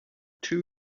two